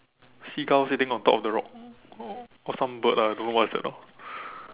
seagull sitting on top of the rock or or some bird lah I don't know what is that ah